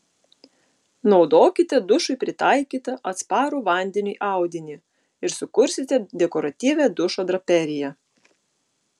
naudokite dušui pritaikytą atsparų vandeniui audinį ir sukursite dekoratyvią dušo draperiją